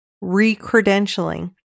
re-credentialing